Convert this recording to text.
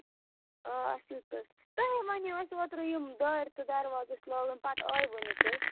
آ اَصٕل پٲٹھۍ تۄہہِ ہے وَنیو اَسہِ اوترٕ یِم دارِ تہٕ دَرواز ٲسۍ لاگُن پَتہٕ آیوٕ نہٕ تُہۍ